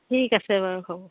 ঠিক আছে বাৰু হ'ব